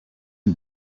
had